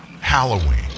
Halloween